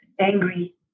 angry